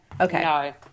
Okay